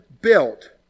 built